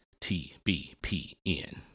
TBPN